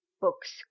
books